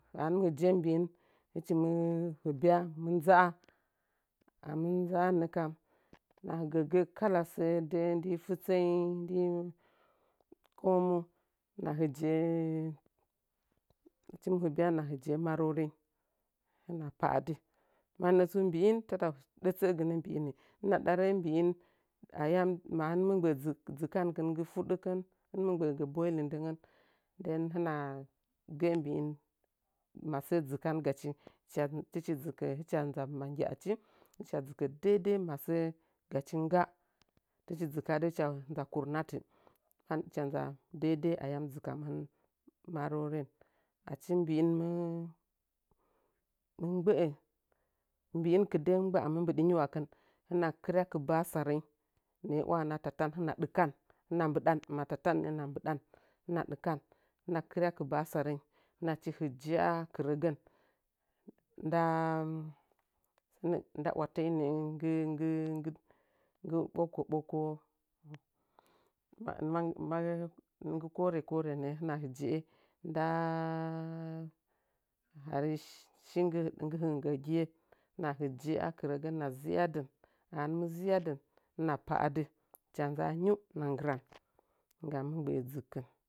Ahɨ nɨmi hɨje’ə mbi’in hɨchin mi hɨbya mɨ ndza’a ami ndza’an nəkaru hɨnəa gəgə’ə ami ndza’an nəkaru hɨnəa gəgə’ə kala səə də’ə ndii fitsəi ndii komu hɨnəa hɨjə’ə achin mɨ htbya hinəa hɨje’ə maroren hɨna pa’adit mannə tsu mbi ‘in tada dətsə’a’dɨnə mbi ‘nnə, htna’a dara’ mbi’in “ayani – mashɨntmɨ gbə’ə “dztk – dzɨkankɨn nggi fuɗɗikɨn” hɨn mɨ gbə’ədit gə boiling ndəngən den hinəa gə’a mbi’in mabəə dzɨkan gachi “htch – tɨdi dzɨcja htcha nza ma nggya’achi hɨchi dzɨkadɨ htcha nza kurnadti htcha nza dede, ma səə dzɨkamin marorein achi mbi’in “mɨ mt gbə’ə mbi’in kɨdəh gba’a mɨ mɓidi ngi wankɨn hɨnəa ktrya kɨbasarəing nə’ə ‘wana tatan htna dikan htna mbiɗan htn ta ktrya ktbasarəing htnəs shi hɨjə’ə aktrəgən nda watə inə’ə nggɨ-nggɨ ɓokko – bokoo manggi kore – kore nə’ə htnə hɨ je’ə nda harishi “nggɨ nggɨ hənggəgi htnəa htje’ə akɨrəgə htnəa zɨyadɨn ahɨntmɨ zɨ’yadin htnəa pa’adit htcha nza’a ngiu htnəa nggran nggan hɨ gbə’ə dzɨkkɨn.